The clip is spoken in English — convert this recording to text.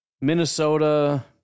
Minnesota